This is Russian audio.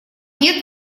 нет